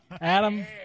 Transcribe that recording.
Adam